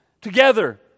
together